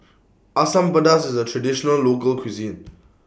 Asam Pedas IS A Traditional Local Cuisine